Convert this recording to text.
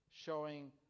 showing